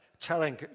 telling